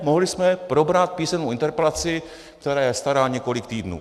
Mohli jsme probrat písemnou interpelaci, která je stará několik týdnů.